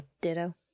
Ditto